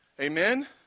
Amen